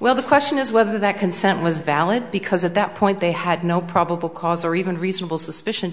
well the question is whether that consent was valid because at that point they had no probable cause or even reasonable suspicion